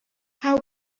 how